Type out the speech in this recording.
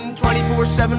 24-7